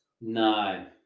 No